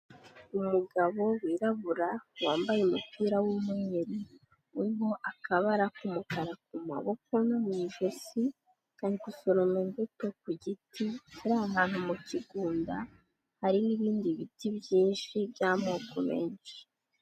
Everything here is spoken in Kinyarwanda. Umugabo wirabura, wambaye umupira w'umweru uriho akabara k'umukara ku maboko no mu ijosi, ari gusoroma imbuto ku giti kiri ahantu mu kigunda, hari n'ibindi biti byinshi by'amoko menshi.